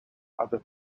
other